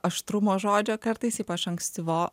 aštrumo žodžio kartais ypač ankstyvo